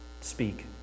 speak